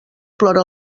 plora